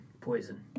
Poison